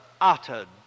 uttered